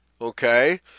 okay